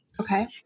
Okay